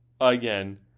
again